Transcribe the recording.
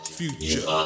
future